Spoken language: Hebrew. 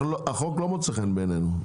החוק לא מוצא חן בעינינו,